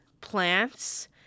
plants